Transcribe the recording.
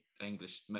English